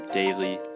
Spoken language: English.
daily